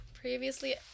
Previously